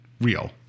real